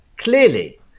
Clearly